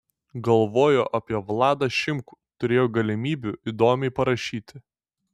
galvojo apie vladą šimkų turėjo galimybių įdomiai parašyti